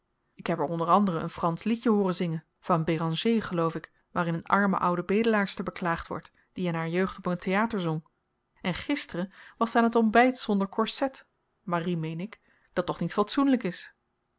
ik heb haar onder anderen een fransch liedje hooren zingen van béranger geloof ik waarin een arme oude bedelaarster beklaagd wordt die in haar jeugd op een theater zong en gister was zy aan t ontbyt zonder korset marie meen ik dat toch niet fatsoenlyk is